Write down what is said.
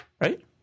Right